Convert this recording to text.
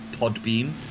Podbeam